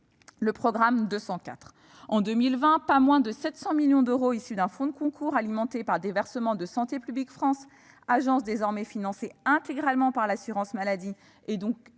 du programme 204. En 2020, pas moins de 700 millions d'euros issus d'un fonds de concours alimenté par des versements de Santé publique France, agence désormais financée intégralement par l'assurance maladie et dont la